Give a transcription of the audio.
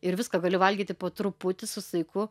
ir viską gali valgyti po truputį su saiku